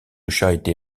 charité